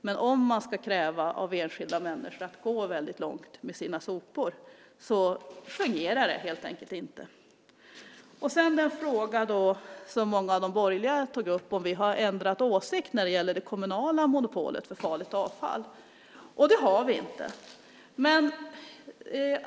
Men om man ska kräva av enskilda människor att gå väldigt långt med sina sopor fungerar det helt enkelt inte. Sedan är det den fråga som många av de borgerliga har tagit upp, om vi har ändrat åsikt när det gäller det kommunala monopolet för farligt avfall. Det har vi inte.